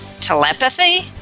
telepathy